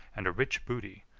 and a rich booty,